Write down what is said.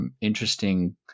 Interesting